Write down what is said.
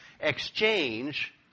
exchange